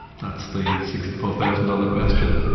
that's the sixty four thousand ah ah question.